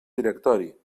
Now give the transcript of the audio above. directori